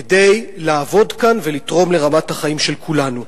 כדי לעבוד כאן ולתרום לרמת החיים של כולנו,